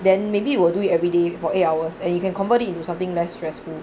then maybe you will do it every day for eight hours and you can convert it into something less stressful